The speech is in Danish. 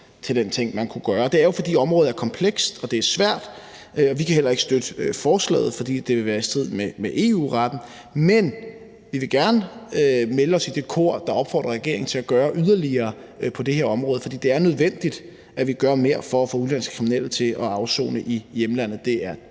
til den ting, man kunne gøre. Det er jo, fordi området er komplekst og det er svært, og vi kan heller ikke støtte forslaget, fordi det vil være i strid med EU-retten, men vi vil gerne melde os i det kor, der opfordrer regeringen til at gøre yderligere på det her område, fordi det er nødvendigt, at vi gør mere for at få udenlandske kriminelle til at afsone i hjemlandet.